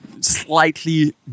slightly